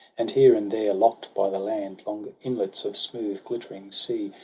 and here and there, lock'd by the land, long inlets of smooth glittering sea.